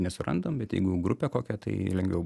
nesurandam bet jeigu jau grupė kokia tai lengviau